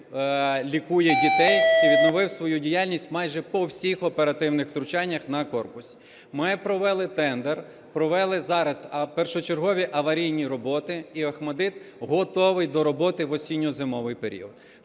лікує дітей і відновив свою діяльність майже по всіх оперативних втручаннях. На корпус ми провели тендер, провели зараз першочергові аварійні роботи, і Охматдит готовий до роботи в осінньо-зимовий період.